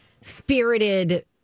spirited